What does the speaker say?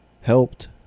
helped